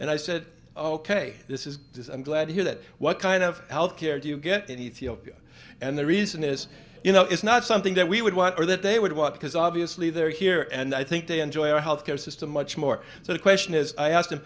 and i said ok this is this i'm glad to hear that what kind of health care do you get that he and the reason is you know it's not something that we would want or that they would want because obviously they're here and i think they enjoy our health care system much more so the question is i asked